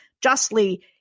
justly